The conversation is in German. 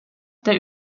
der